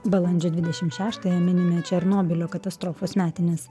balandžio dvidešimt šeštąją minime černobylio katastrofos metines